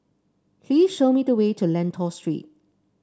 please show me the way to Lentor Street